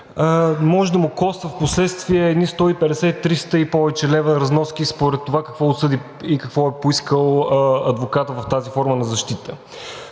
може да му коства в последствие едни 150, 300 и повече лева разноски според това какво е поискал адвокатът в тази форма на защита.